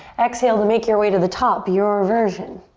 exhale to make your way to the top, your version.